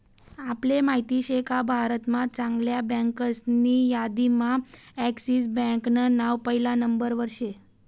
आपले माहित शेका भारत महा चांगल्या बँकासनी यादीम्हा एक्सिस बँकान नाव पहिला नंबरवर शे